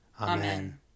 Amen